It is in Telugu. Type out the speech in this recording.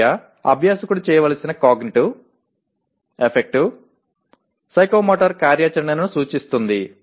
చర్య అభ్యాసకుడు చేయవలసిన కాగ్నిటివ్ ఎఫెక్టివ్ సైకోమోటర్ కార్యాచరణను సూచిస్తుంది